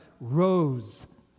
rose